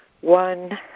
one